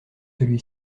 celui